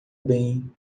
bem